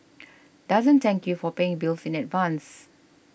doesn't thank you for paying bills in advance